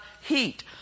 heat